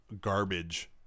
garbage